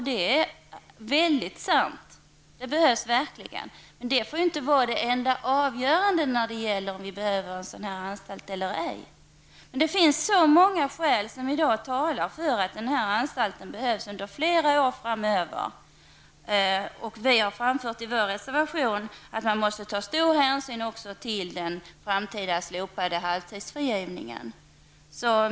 Det är verkligen sant. Men det får inte vara det enda avgörande vid bedömningen av behovet av sådan anstalt. Det finns så många skäl som talar för att anstalten behövs flera år framöver. Vi framför i vår reservation att man måste ta stor hänsyn också till den i framtiden slopade halvårsfrigivningen.